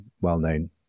well-known